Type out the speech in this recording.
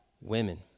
women